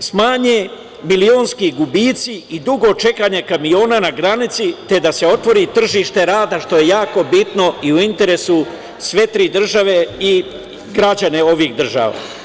smanje milionski gubici i dugo čekanje kamiona na granici, te da se otvori tržište rada, što je jako bitno i u interesu sve tri države i građana ovih država.